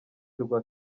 rwa